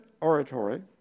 oratory